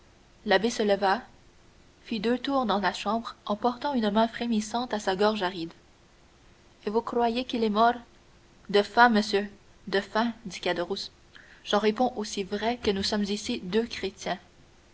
l'abbé se leva fit deux tours dans la chambre en portant une main frémissante à sa gorge aride et vous croyez qu'il est mort de faim monsieur de faim dit caderousse j'en réponds aussi vrai que nous sommes ici deux chrétiens